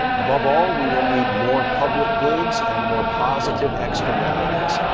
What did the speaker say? above all, we will need more public goods and more positive externalities.